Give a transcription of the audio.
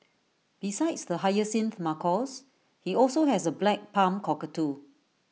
besides the hyacinth macaws he also has A black palm cockatoo